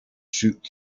shoot